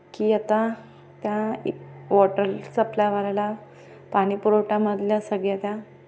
की आता त्या इ वॉटर सप्लायवाल्याला पाणी पुरवठामधल्या सगळ्या त्या